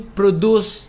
produce